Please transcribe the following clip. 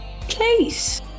place